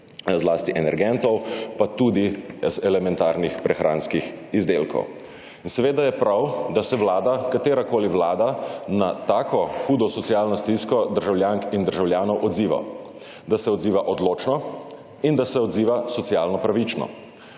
zlasti energentov, pa tudi elementarnih prehranskih izdelkov. In seveda je prav, da se Vlada, katerakoli vlada, na tako hudo socialno stisko državljank in državljanov odziva, da se odziva odločno in da se odziva socialno pravično.